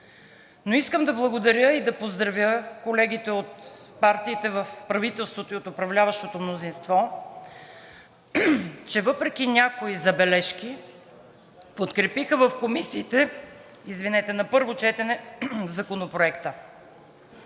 Но искам да благодаря и да поздравя колегите от партиите в правителството и от управляващото мнозинство, че въпреки някои забележки подкрепиха в комисиите Законопроекта на първо четене – Ваша